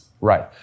Right